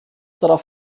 darauf